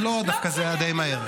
לא, דווקא זה היה די מהר.